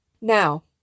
Now